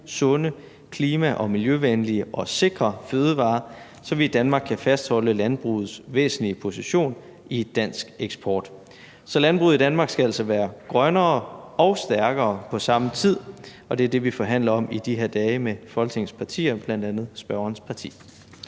sunde, klima- og miljøvenlige og sikre fødevarer, så vi i Danmark kan fastholde landbrugets væsentlige position i dansk eksport. Så landbruget i Danmark skal altså være grønnere og stærkere på samme tid, og det er det, vi forhandler om i de her dage med Folketingets partier, bl.a. spørgerens parti.